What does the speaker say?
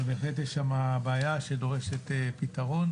אבל בהחלט יש שם בעיה שדורשת פתרון.